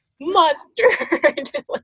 mustard